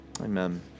Amen